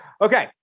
Okay